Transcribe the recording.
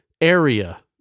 area